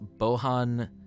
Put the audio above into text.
Bohan